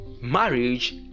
marriage